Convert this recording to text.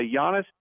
Giannis